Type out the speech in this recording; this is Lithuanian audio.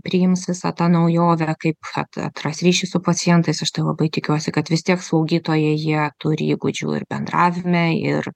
priims visą tą naujovę kaip vat atras ryšį su pacientais aš tai labai tikiuosi kad vis tiek slaugytojai jie turi įgūdžių ir bendravime ir